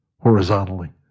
horizontally